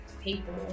people